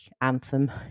Anthem